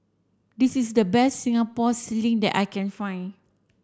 this is the best Singapore sling that I can find